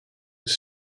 this